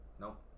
Nope